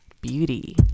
beauty